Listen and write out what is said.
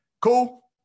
Cool